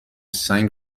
سنگ